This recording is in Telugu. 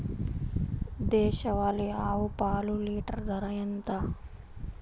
దేశవాలీ ఆవు పాలు లీటరు ధర ఎంత?